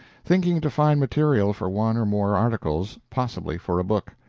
thinking to find material for one or more articles, possibly for a book.